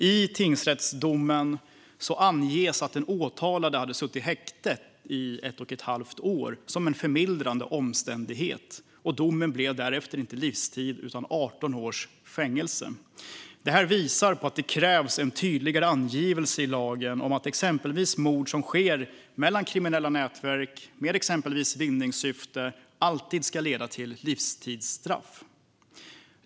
I tingsrättsdomen anges att den åtalade suttit häktad i ett och ett halvt år som en förmildrande omständighet, och domen blev därför inte livstid utan 18 års fängelse. Detta visar på att det krävs en tydligare angivelse i lagen om att mord som exempelvis sker mellan kriminella nätverk eller med ett vinningssyfte alltid ska leda till livstidsstraff.